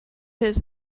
his